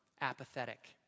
apathetic